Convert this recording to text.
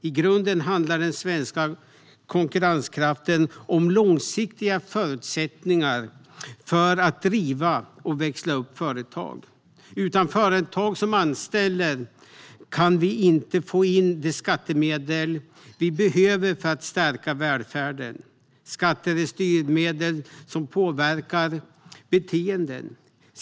I grunden handlar den svenska konkurrenskraften om långsiktiga förutsättningar för att driva och växla upp företag. Utan företag som anställer kan vi inte få in de skattemedel som vi behöver för att stärka välfärden. Skatter är styrmedel som påverkar beteenden.